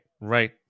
right